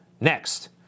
Next